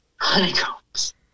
honeycombs